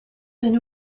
been